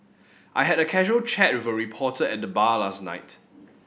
I had a casual chat with a reporter at the bar last night